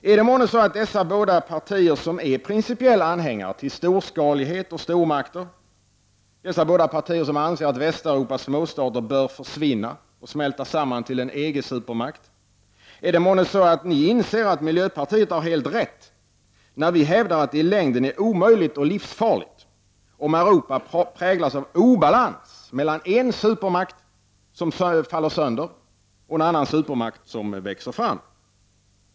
Är det månne så att dessa båda partier som är principiella anhängare av storskalighet och stormakter, dessa båda partier som anser att Västeuropas småstater bör försvinna och smälta samman till en EG-supermakt, är det månne så att de inser att miljöpartiet har helt rätt, när det hävdar att det i längden är omöjligt och livsfarligt, om Europa präglas av obalans mellan en supermakt som faller sönder och en annan supermakt som växer fram?